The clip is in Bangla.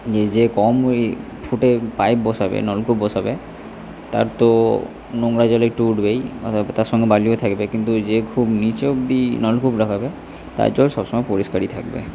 যে যে কম ইয়ে ফুটে পাইপ বসাবে নলকূপ বসাবে তার তো নোংরা জল একটু উঠবেই অর্থাৎ তার সঙ্গে বালিও থাকবে কিন্তু যে খুব নীচে অব্দি নলকূপ লাগবে তার জল সব সময় পরিষ্কারই থাকবে